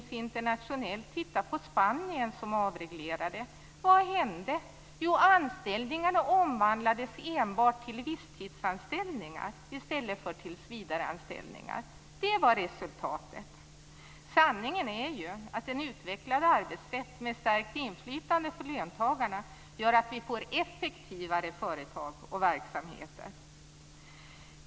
Vad hände t.ex. i Spanien, som avreglerade? Jo, anställningarna omvandlades till enbart visstidsanställningar i stället för tillsvidareanställningar. Det var resultatet. Sanningen är ju att en utvecklad arbetsrätt, med stärkt inflytande för löntagarna, gör att vi får effektivare företag och verksamheter.